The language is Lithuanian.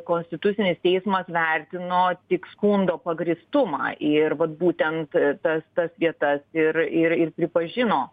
konstitucinis teismas vertino tik skundo pagrįstumą ir vat būtent tas tas vietas ir ir ir pripažino